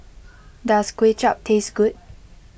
does Kway Chap taste good